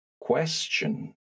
question